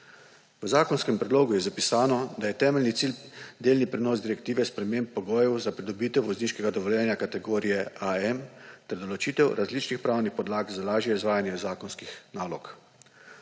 V zakonskem predlogu je zapisano, da je temeljni cilj delni prenos direktive sprememb pogojev za pridobitev vozniškega dovoljenja kategorije AM ter določitev različnih pravnih podlag za lažje izvajanje zakonskih nalog.